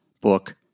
book